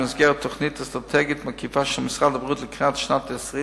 במסגרת תוכנית אסטרטגית מקיפה של משרד הבריאות לקראת שנת 2020,